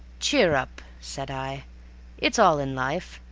cheer up, said i it's all in life.